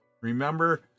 Remember